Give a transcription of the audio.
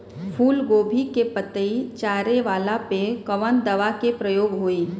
फूलगोभी के पतई चारे वाला पे कवन दवा के प्रयोग होई?